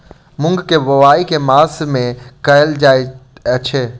मूँग केँ बोवाई केँ मास मे कैल जाएँ छैय?